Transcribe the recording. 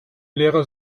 lehrer